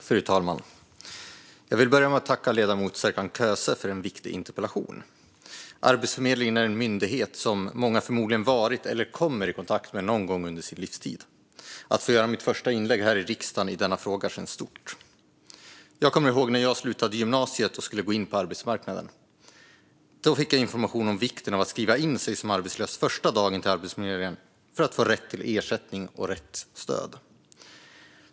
Fru talman! Jag vill börja med att tacka ledamot Serkan Köse för en viktig interpellation. Arbetsförmedlingen är en myndighet som många förmodligen varit eller kommer i kontakt med någon gång under sin livstid. Att få göra mitt första inlägg i riksdagen i denna fråga känns stort. Jag kommer ihåg när jag slutade gymnasiet och skulle gå in på arbetsmarknaden. Då fick jag information om vikten av att skriva in sig som arbetslös första dagen på Arbetsförmedlingen för att få rätt till ersättning och rätt stöd.